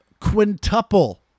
quintuple